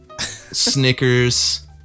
Snickers